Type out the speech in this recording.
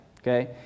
okay